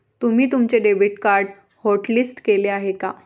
तुम्ही तुमचे debit card hotlist केले आहे का?